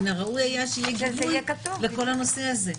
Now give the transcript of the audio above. מן הראוי היה שיהיה גלוי בכל הנושא הזה.